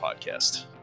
podcast